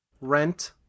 rent